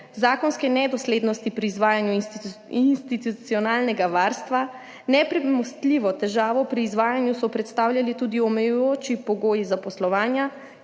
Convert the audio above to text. zakonske nedoslednosti pri izvajanju institucionalnega varstva. Nepremostljivo težavo pri izvajanju so predstavljali tudi omejujoči pogoji zaposlovanja,